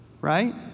right